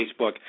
Facebook